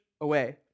away